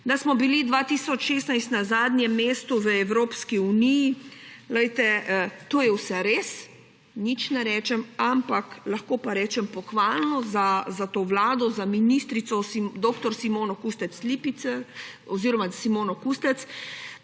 da smo bili 2016 na zadnjem mestu v Evropski uniji. Poglejte, to je vse res. Nič ne rečem, ampak lahko pa rečem pohvalno za to vlado, za ministrico dr. Simono Kustec, da je za leto 2021